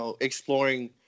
exploring